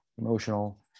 emotional